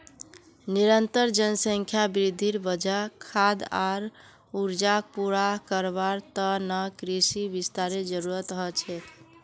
निरंतर जनसंख्या वृद्धिर वजह खाद्य आर ऊर्जाक पूरा करवार त न कृषि विस्तारेर जरूरत ह छेक